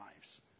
lives